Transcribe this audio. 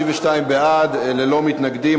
52 בעד, ללא מתנגדים.